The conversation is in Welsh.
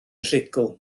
rhugl